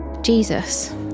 Jesus